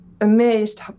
amazed